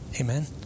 amen